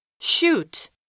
Shoot